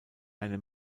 eine